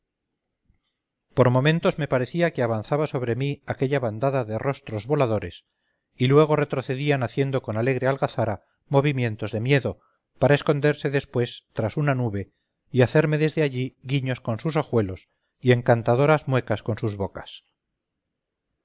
por momentos me parecía que avanzaba sobre mí aquella bandada de rostros voladores y luego retrocedían haciendo con alegre algazara movimientos de miedo para esconderse después tras una nube y hacerme desde allí guiños con sus ojuelos y encantadoras muecas con sus bocas